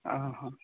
ᱚᱼᱦᱚᱸ